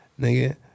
Nigga